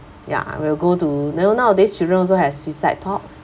ya we'll go to know nowadays children also has suicide talks